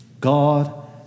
God